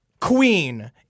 Queen